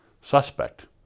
suspect